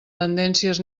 tendències